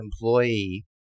employee